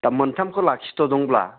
दा मोनथामखौ लाखिथ'दोंब्ला